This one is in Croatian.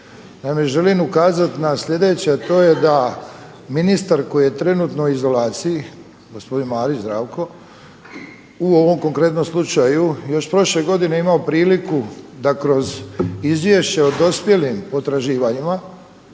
želim ukazati na sljedeće, a to je da ministar koji je trenutno u izolaciji gospodin Marić Zdravko u ovom konkretnom slučaju još prošle godine imao priliku da kroz izvješće o dospjelim potraživanjima